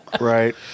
Right